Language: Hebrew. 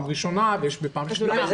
הראשונה ניתנת אזהרה ובפעם השנייה.